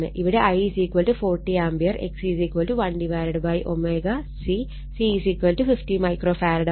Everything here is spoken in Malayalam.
ഇവിടെ I 40 ആംപിയർ XC1ω C C50മൈക്രോ ഫാരഡ് ആണ്